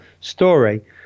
story